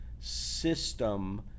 system